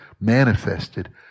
manifested